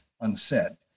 unsaid